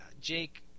Jake